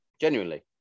genuinely